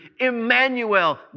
Emmanuel